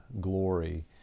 glory